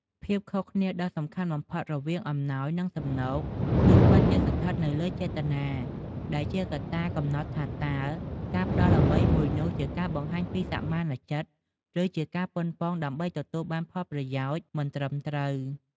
ភាពខុសគ្នាដ៏សំខាន់បំផុតរវាងអំណោយ និងសំណូក គឺពិតជាស្ថិតនៅលើចេតនា ដែលជាកត្តាកំណត់ថាតើការផ្ដល់អ្វីមួយនោះជាការបង្ហាញពីសមានចិត្ត ឬជាការប៉ុនប៉ងដើម្បីទទួលបានផលប្រយោជន៍មិនត្រឹមត្រូវ។